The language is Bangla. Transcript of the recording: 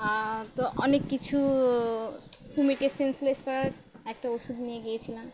তো অনেক কিছু কুমিরটি সেন্সলেস করার একটা ওষুধ নিয়ে গিয়েছিলাম